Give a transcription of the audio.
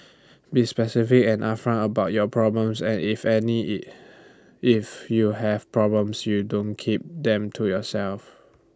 be specific and upfront about your problems and if any IT if you have problems you don't keep them to yourself